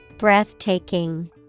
Breathtaking